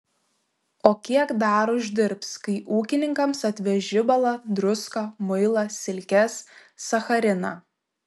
o kiek dar uždirbs kai ūkininkams atveš žibalą druską muilą silkes sachariną